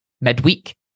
midweek